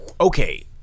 Okay